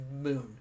Moon